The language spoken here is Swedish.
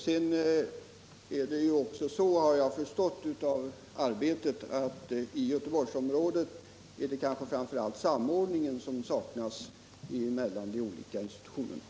Sedan har jag förstått att i Göteborgsområdet är det kanske framför allt samordning mellan de olika institutionerna som saknas.